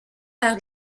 par